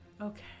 Okay